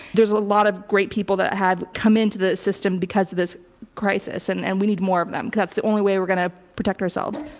there's a lot of great people that have come into the system because of this crisis, and and we need more of them. that's the only way we're going to protect ourselves.